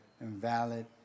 invalid